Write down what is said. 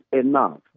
enough